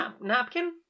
Napkin